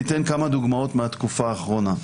אני אתן כמה דוגמאות מהתקופה האחרונה.